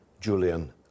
Julian